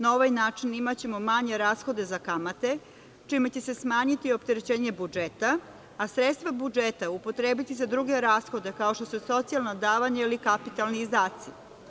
Na ovaj način ćemo imati manje rashode za kamate čime će se smanjiti opterećenje budžeta, a sredstva budžeta upotrebiti za druge rashode, kao što su socijalna davanja ili kapitalni izdaci.